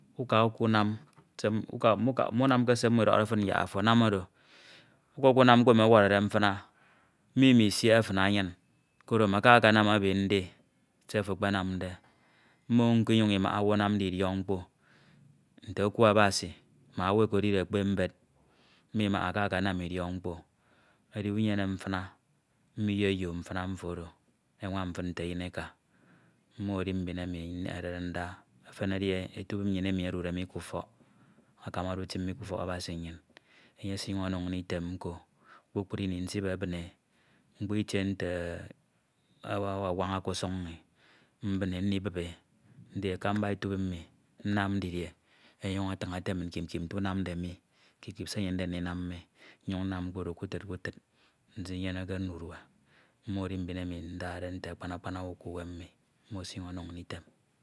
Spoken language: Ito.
uka ukanam se munamke se mmo ọdọhọde fin yak ofo anam oro, uka ukanam mkpo emi ọwọrọ mfina mmo imisehe fin anyin koro amaka akanam ebe nde se afo akpanamde mmo nko imaha owu anamde idiọk mkpo nte oku Abasi ma owu eko edide ekpe mbed mmo imaha aka akanam idiọk mkpo edi unyene mfina mmo iyeyo mfina mfo oro enyuñ nwam fin nte eyin eke. Efen edi etubim nnyin emi odude mi ke ufọk enye esinyuñ ono min mm'item nko kpukpru in nsibeb ee, mkpo itie note awawaña etubim mmi nnam didie enyuñ afiñ ete min kip kip note unamde mi, kio kip se enyemde ndinam mi, nnyin nnam mkpo Oro tutu kutid kutid nsinyeneke note akpan akpan owu k'uwem mmi mmo esinyuñ Ono inñ item